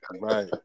right